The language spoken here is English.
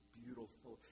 beautiful